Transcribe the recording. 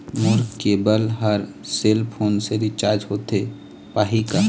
मोर cable हर cell phone से recharge होथे पाही का?